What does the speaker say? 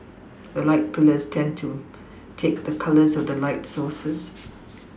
the light pillars tend to take the colours of the light sources